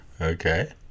Okay